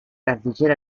canciller